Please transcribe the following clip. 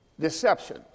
deception